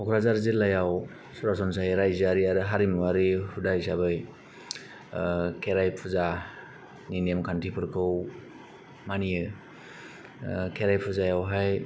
क'क्राझार जिल्लायाव सरासनस्रायै राइजोयारि आरो हारिमुवारि हुदा हिसाबै खेराइ फुजा नि नेमखान्थि फोरखौ मानियो खेराइ फुजायावहाय